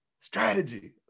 Strategy